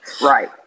Right